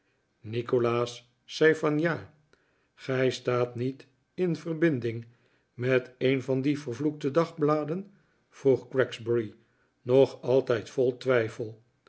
nikolaas zei van ja gij staat niet in verbinding met een van die vervloekte dagbladen vroeg gregsbury nog altijd vol twijfel